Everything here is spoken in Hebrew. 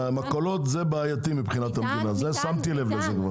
למכולות זה בעייתי מבחינת המדינה, שמתי לב לזה.